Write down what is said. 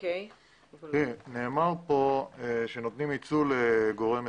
נאמר כאן שנותנים יצוא לגורם מסוים.